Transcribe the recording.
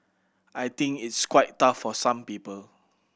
I think it's quite tough for some people